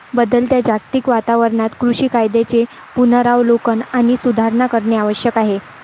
बदलत्या जागतिक वातावरणात कृषी कायद्यांचे पुनरावलोकन आणि सुधारणा करणे आवश्यक आहे